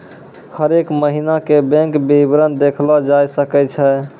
हरेक महिना के बैंक विबरण देखलो जाय सकै छै